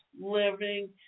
living